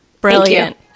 brilliant